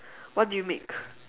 what do you make